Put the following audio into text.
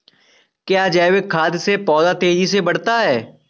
क्या जैविक खाद से पौधा तेजी से बढ़ता है?